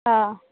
অঁ